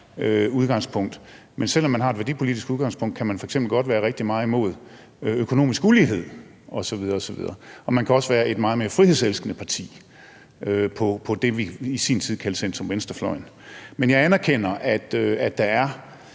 udgangspunkt. Men selv om man har et værdipolitisk udgangspunkt, kan man f.eks. godt være rigtig meget imod økonomisk ulighed osv. osv., og man kan også være et meget mere frihedselskende parti på det, vi i sin tid kaldte centrum-venstre-fløjen. Men jeg anerkender, at der er